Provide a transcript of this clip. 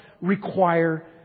require